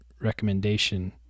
recommendation